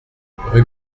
rue